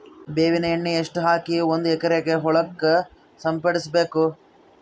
ಬೇವಿನ ಎಣ್ಣೆ ಎಷ್ಟು ಹಾಕಿ ಒಂದ ಎಕರೆಗೆ ಹೊಳಕ್ಕ ಸಿಂಪಡಸಬೇಕು?